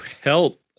help